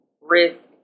risk